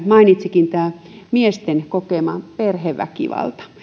mainitsikin on miesten kokema perheväkivalta